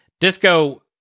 disco